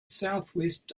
southwest